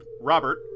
Robert